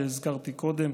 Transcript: שהזכרתי קודם.